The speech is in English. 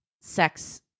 sex